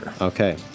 Okay